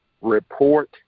report